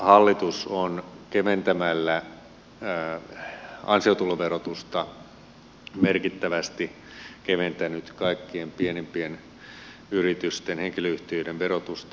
hallitus on keventämällä ansiotuloverotusta merkittävästi keventänyt kaikkien pienimpien yritysten henkilöyhtiöiden verotusta